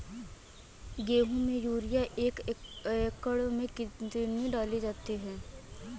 गेहूँ में यूरिया एक एकड़ में कितनी डाली जाती है?